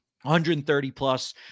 130-plus